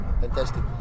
Fantastic